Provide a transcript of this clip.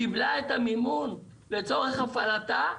קיבלה את המימון לצורך הפעלתה,